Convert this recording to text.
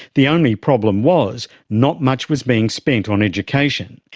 the only problem was not much was being spent on education,